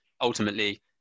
ultimately